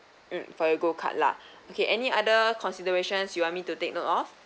um for your gold card lah okay any other considerations you want me to take note of